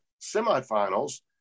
semifinals